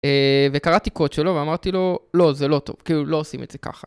וקראתי קוד שלו ואמרתי לו לא זה לא טוב, כאילו לא עושים את זה ככה.